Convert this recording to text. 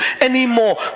anymore